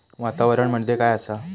वातावरण म्हणजे काय असा?